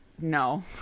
No